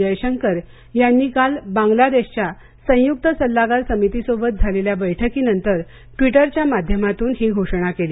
जयशंकर यांनी काल बांग्लादेशच्या संयुक्त सल्लागार समितीसोबत झालेल्या बैठकी नंतर ट्विटरच्या माध्यमातून ही घोषणा केली